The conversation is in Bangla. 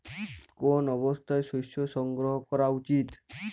কোন অবস্থায় শস্য সংগ্রহ করা উচিৎ?